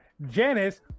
Janice